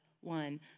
one